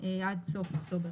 עד סוף אוקטובר.